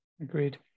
Agreed